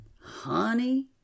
Honey